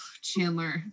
Chandler